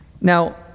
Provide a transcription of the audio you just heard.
Now